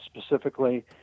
specifically